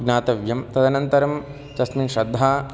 ज्ञातव्यं तदनन्तरं तस्मिन् श्रद्धा